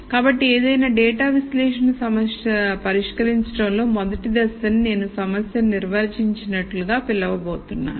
కాబట్టి ఏదైనా డేటా విశ్లేషణ సమస్య పరిష్కరించడంలో మొదటి దశను నేను సమస్యను నిర్వచించినట్లుగా పిలవబోతున్నాను